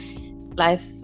life